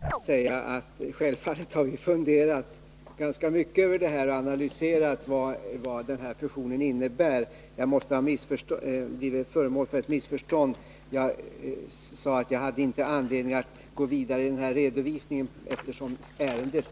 Herr talman! Får jag till Marie-Ann Johansson säga att vi självfallet har funderat ganska mycket över det här och att vi har gjort en analys av vad fusionen innebar. Vad jag sagt måste ha blivit föremål för ett missförstånd. Jag sade att jag inte hade anledning att gå vidare i den här redovisningen, eftersom ärendet